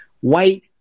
white